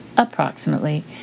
approximately